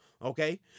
Okay